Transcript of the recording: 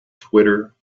twitter